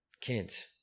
kids